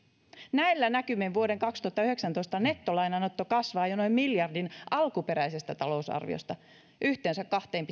näillä näkymin vuoden kaksituhattayhdeksäntoista nettolainanotto kasvaa jo noin miljardin alkuperäisestä talousarviosta yhteensä kahteen